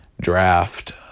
draft